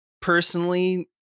personally